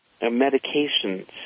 medications